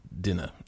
dinner